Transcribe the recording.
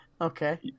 Okay